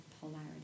polarity